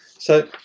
so,